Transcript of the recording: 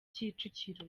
kicukiro